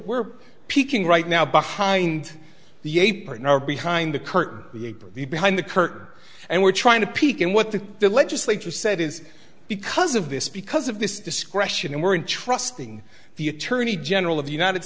we're peeking right now behind the apron are behind the curtain behind the curtain and we're trying to peek in what the legislature said is because of this because of this discretion and we're in trusting the attorney general of the united